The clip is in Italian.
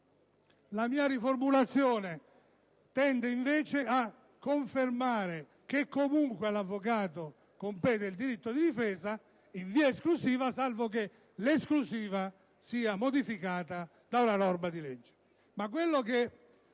La mia riformulazione tende invece a confermare che comunque all'avvocato compete il diritto di difesa in via esclusiva salvo che l'esclusiva sia modificata dalla norma di legge.